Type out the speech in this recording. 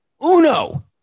Uno